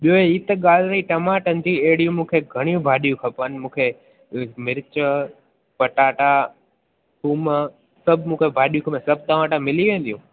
ॿियो हीअ त ॻाल्हि हुई टमाटनि जी अहिॾियूं मूंखे घणियूं भाॼियूं खपनि मूंखे मिर्च पटाटा थूम सभु मूंखे भाॼियूं खपनि सभु तव्हां वटि मिली वेंदियूं